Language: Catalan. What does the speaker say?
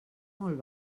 molt